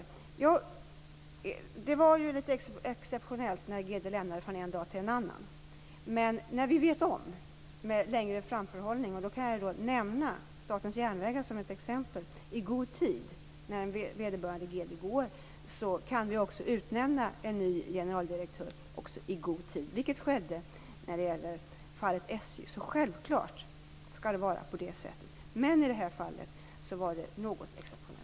Ja, det var ju litet exceptionellt när generaldirektören avgick från en dag till en annan. Men när vi vet om i god tid att en generaldirektör går - jag kan då nämna Statens järnvägar som exempel - kan vi också utnämna en ny generaldirektör i god tid. Detta skedde också i fråga om SJ. Självfallet skall det vara på det sättet, men i det här fallet var det något exceptionellt.